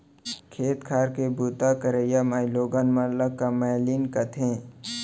खेत खार के बूता करइया माइलोगन मन ल कमैलिन कथें